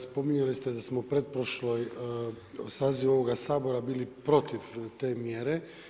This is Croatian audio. Spominjali ste da smo pretprošlom sazivu ovog Sabora bili protiv te mjere.